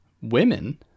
women